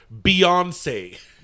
Beyonce